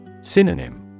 Synonym